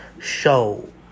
show